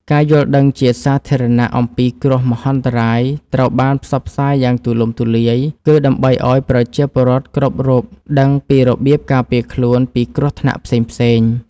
ការយល់ដឹងជាសាធារណៈអំពីគ្រោះមហន្តរាយត្រូវបានផ្សព្វផ្សាយយ៉ាងទូលំទូលាយ គឺដើម្បីឱ្យប្រជាពលរដ្ឋគ្រប់រូបដឹងពីរបៀបការពារខ្លួនពីគ្រោះថ្នាក់ផ្សេងៗ។